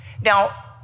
Now